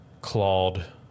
clawed